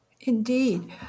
Indeed